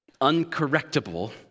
uncorrectable